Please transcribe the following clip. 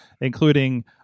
including